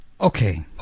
Okay